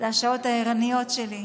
השעות הערניות שלי.